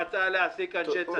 הוא רצה להעסיק אנשי צד"ל.